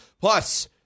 Plus